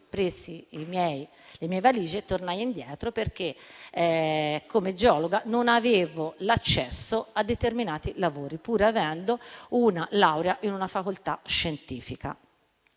presi le mie valigie e tornai indietro, perché come geologa non avevo l'accesso a determinati lavori, pur avendo una laurea in ambito scientifico.